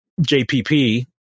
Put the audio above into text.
JPP